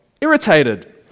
irritated